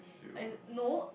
as no